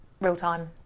Real-time